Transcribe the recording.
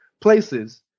places